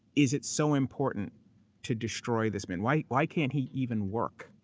is it so important to destroy this man? why why can't he even work?